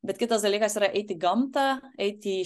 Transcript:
bet kitas dalykas yra eiti į gamtą eiti į